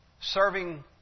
serving